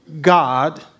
God